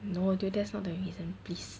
no dude that's not the reason please